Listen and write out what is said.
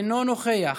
אינו נוכח.